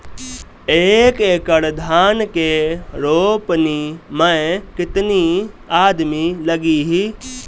एक एकड़ धान के रोपनी मै कितनी आदमी लगीह?